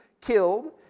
killed